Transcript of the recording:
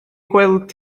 gweld